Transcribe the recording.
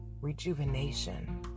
rejuvenation